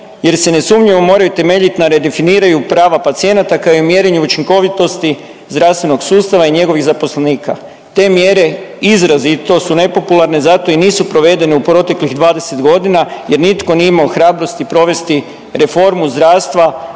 jer se nesumnjivo moraju temeljiti na redefiniranju prava pacijenata kao i mjerenje učinkovitosti zdravstvenog sustava i njegovih zaposlenika. Te mjere izrazito su nepopularne zato i nisu provedene u proteklih 20 godina, jer nitko nije imao hrabrosti provesti reformu zdravstva